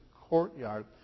courtyard